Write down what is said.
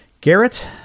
Garrett